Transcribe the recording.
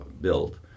built